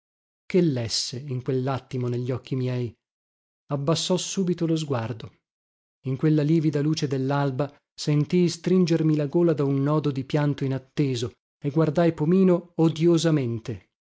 che lesse in quellattimo negli occhi miei abbassò subito lo sguardo in quella livida luce dellalba sentii stringermi la gola da un nodo di pianto inatteso e guardai pomino